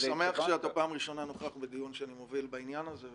אני שמח שאתה פעם ראשונה נוכח בדיון שאני מוביל בעניין הזה.